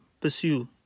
pursue